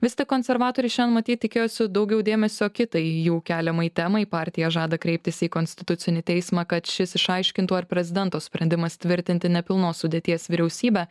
vis tik konservatoriai šian matyt tikėjosi daugiau dėmesio kitai jų keliamai temai partija žada kreiptis į konstitucinį teismą kad šis išaiškintų ar prezidento sprendimas tvirtinti nepilnos sudėties vyriausybę